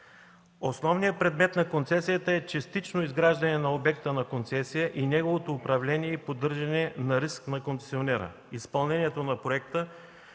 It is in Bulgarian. Основният предмет на концесията е частично изграждане на обекта на концесия и неговото управление и поддържане на риск на концесионера. Изпълнението на проекта